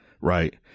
right